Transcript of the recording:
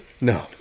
No